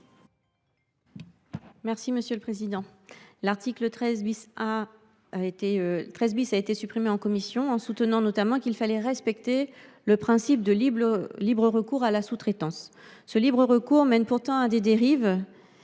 Evelyne Corbière Naminzo. L’article 13 a été supprimé en commission au motif, notamment, qu’il fallait respecter le principe de libre recours à la sous traitance. Ce libre recours mène pourtant à des dérives,